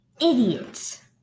idiots